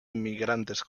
inmigrantes